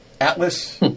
Atlas